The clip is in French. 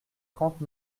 trente